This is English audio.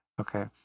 Okay